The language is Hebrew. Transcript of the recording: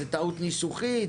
זאת טעות ניסוחית?